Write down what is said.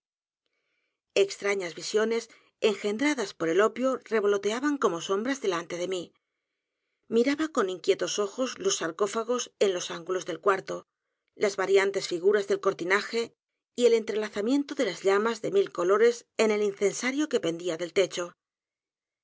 s visiones engendradas por el opio revoloteaban como sombras delante de mí miraba con inquietos ojos los sarcófagos en los ángulos del cuarto las variantes figuras del cortinaje y el entrelazamiento de las llamas de mil colores en el incensario que pendía del techo